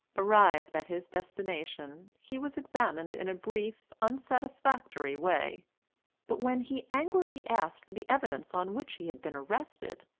arrived at his destination, he was examined in a brief, unsatisfactory way but when he angrily asked for the evidence on which he had been arrested,